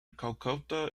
calcutta